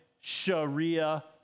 Sharia